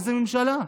איזו ממשלה.